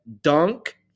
dunk